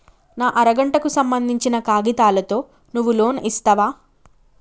నా అర గంటకు సంబందించిన కాగితాలతో నువ్వు లోన్ ఇస్తవా?